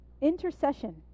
intercession